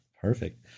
perfect